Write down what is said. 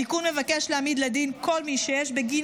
התיקון מבקש להעמיד לדין כל מי שיש בגין